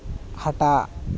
ᱦᱟᱴᱟᱜ